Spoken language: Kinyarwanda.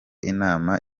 inama